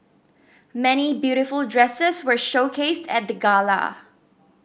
many beautiful dresses were showcased at the gala